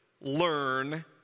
learn